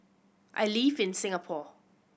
I live in Singapore